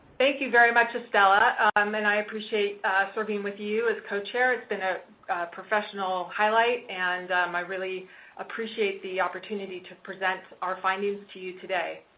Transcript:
thank you very much, estella. um and i appreciate serving with you as co-chair. it's been a professional highlight, and um i really appreciate the opportunity to present our findings to you today.